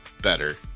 better